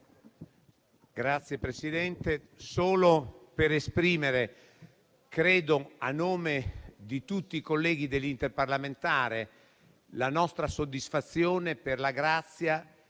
Signor Presidente, intervengo per esprimere, a nome di tutti i colleghi dell'Interparlamentare, la nostra soddisfazione per la grazia